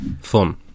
Fun